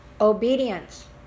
Obedience